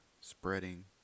spreading